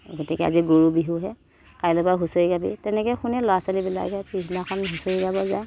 গতিকে আজি গৰু বিহুহে কাইলৈৰ পৰা হুঁচৰি গাবি তেনেকৈ শুনি ল'ৰা ছোৱালীবিলাকে পিছদিনাখন হুঁচৰি গাব যায়